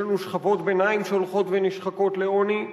יש לנו שכבות ביניים שהולכות ונשחקות לעוני.